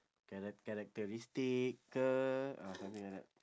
charac~ characteristic ah something like that